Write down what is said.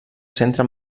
centre